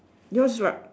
yours is what